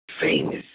famous